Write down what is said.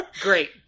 Great